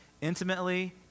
intimately